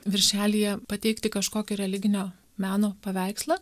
viršelyje pateikti kažkokį religinio meno paveikslą